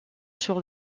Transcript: sur